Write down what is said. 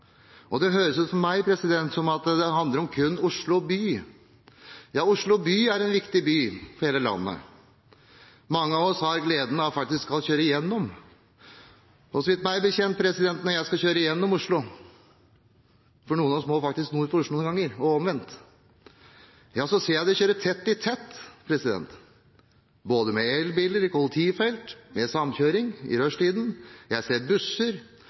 Og det høres ut for meg som om det handler kun om Oslo by. Ja, Oslo by er en viktig by for hele landet. Mange av oss har faktisk gleden av å kjøre gjennom, og når jeg skal kjøre gjennom Oslo – for noen av oss må faktisk nord for Oslo noen ganger, og omvendt – ser jeg at det kjøres tett i tett, både av elbiler i kollektivfelt og med samkjøring i rushtiden. Jeg ser busser